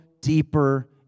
deeper